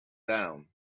down